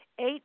Eight